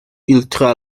ultra